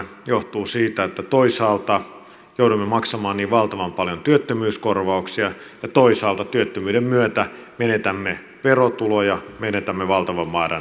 se johtuu siitä että toisaalta joudumme maksamaan niin valtavan paljon työttömyyskorvauksia ja toisaalta työttömyyden myötä menetämme verotuloja menetämme valtavan määrän työtunteja